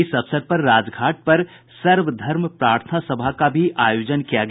इस अवसर पर राजघाट पर सर्वधर्म प्रार्थना सभा का भी आयोजन किया गया